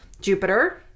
Jupiter